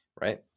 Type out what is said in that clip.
right